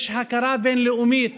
יש הכרה בין-לאומית